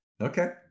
Okay